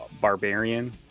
Barbarian